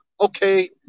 okay